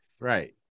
Right